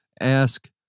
ask